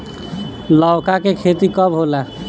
लौका के खेती कब होला?